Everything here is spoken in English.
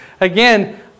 Again